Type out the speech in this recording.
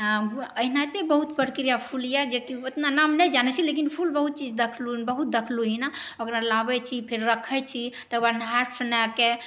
एनाहिते बहुत प्रक्रिया फूल यऽ जे कि उतना नाम नहि जानै छी लेकिन फूल बहुत चीज देखलु बहुत देखलु अहिना ओकरा लाबै छी फेर रखै छी तकरबाद नहा सुनाके